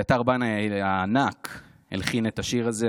אז אביתר בנאי הענק הלחין את השיר הזה,